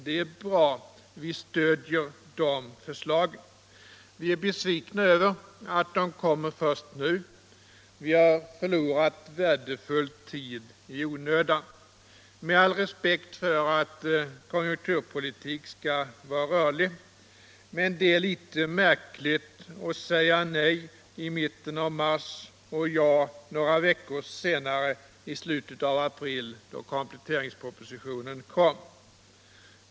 Det är bra, vi stöder de förslagen. Vi är besvikna över att de kommer först nu; vi har förlorat värdefull tid i onödan. Jag har all respekt för att konjunkturpolitik skall vara rörlig, men det är litet märkligt att man sade nej i mitten av mars och ja några veckor senare, i slutet av april, då kompletteringspropositionen kom.